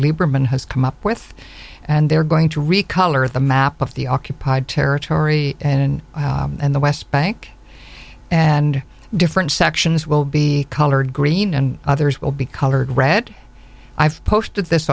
lieberman has come up with and they're going to recolor the map of the occupied territory and in the west bank and different sections will be colored green and others will be colored red i've posted this